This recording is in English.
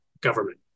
government